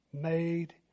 Made